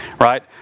right